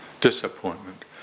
disappointment